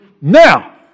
Now